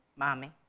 mommy.